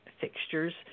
fixtures